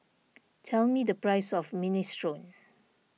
tell me the price of Minestrone